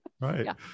right